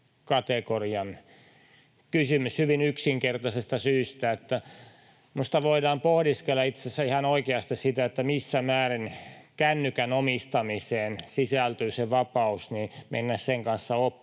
kategorian kysymyksiä hyvin yksinkertaisesta syystä. Minusta voidaan itse asiassa pohdiskella ihan oikeasti sitä, missä määrin kännykän omistamiseen sisältyy vapaus mennä sen kanssa oppitunnille